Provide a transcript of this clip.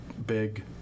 big